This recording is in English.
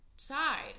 Side